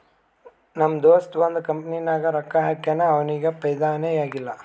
ನಮ್ ದೋಸ್ತ ಒಂದ್ ಕಂಪನಿನಾಗ್ ರೊಕ್ಕಾ ಹಾಕ್ಯಾನ್ ಅವ್ನಿಗ ಫೈದಾನೇ ಆಗಿಲ್ಲ